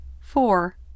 Four